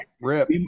rip